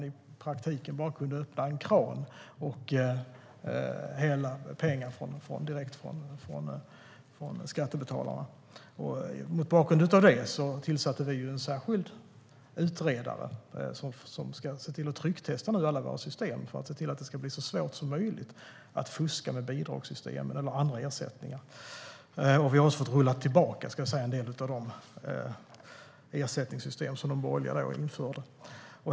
I praktiken kunde man bara öppna en kran och hälla pengar direkt från skattebetalarna. Mot bakgrund av det tillsatte vi en särskild utredare som nu ska trycktesta alla våra system för att se till att det ska bli så svårt som möjligt att fuska med bidragssystemen eller andra ersättningar. Jag kan säga att vi också har fått rulla tillbaka en del av de ersättningssystem som de borgerliga införde.